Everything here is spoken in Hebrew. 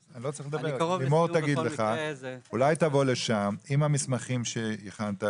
לימור תגיד לך, אולי תבוא לשם עם המסמכים שהכנת,